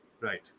right